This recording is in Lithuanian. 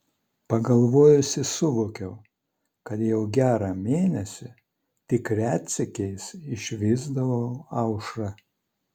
pagalvojusi suvokiau kad jau gerą mėnesį tik retsykiais išvysdavau aušrą